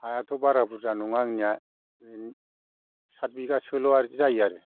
हायाथ' बारा बुरजा नङा आंनिया ओरैनो साथ बिगासोल' जायो आरो